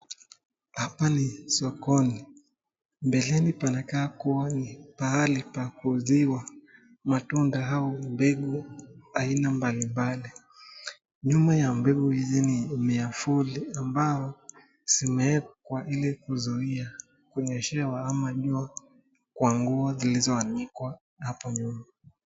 Hapa ni sokoni mbeleni panakaa kuwa ni pahali pa kuuziwa matunda au mbegu aina mbali mbali ,nyuma ya mbegu hizi ni miavuli ambao zimeekwa ili kuzuia kunyeshewa ama jua kwa nguo zilizoanikwa hapa nyuma.